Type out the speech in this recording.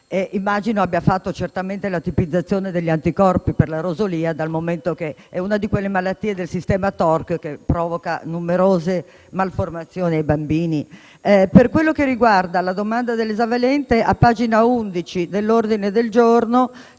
immagino che abbia certamente fatto la tipizzazione degli anticorpi per la rosolia, dal momento che è una di quelle malattie del complesso TORCH che provoca numerose malformazioni nei bambini. Per quanto riguarda la domanda sul vaccino esavalente, a pagina 11 dell'ordine del giorno